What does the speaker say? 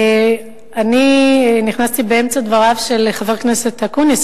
אני נכנסתי באמצע דבריו של חבר הכנסת אקוניס,